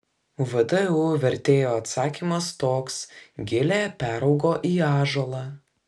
vdu vertėjo atsakymas toks gilė peraugo į ąžuolą